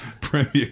Premier